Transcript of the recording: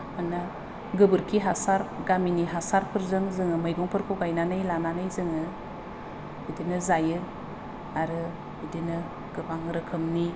मानोना गोबोरखि हासार गामिनि हासारफोरजों जोङो मैगंफोरखौ गायनानै लानानै जोङो बिदिनो जायो आरो बिदिनो गोबां रोखोमनि